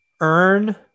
Earn